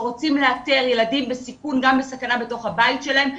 כשרוצים לאתר ילדים בסיכון גם בסכנה בתוך הבית שלהם,